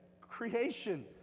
creation